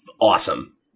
awesome